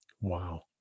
Wow